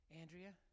Andrea